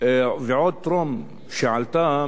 ועוד בטרם עלתה,